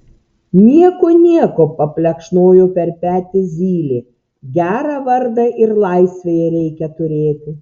nieko nieko paplekšnojo per petį zylė gerą vardą ir laisvėje reikia turėti